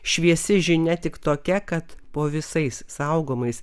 šviesi žinia tik tokia kad po visais saugomais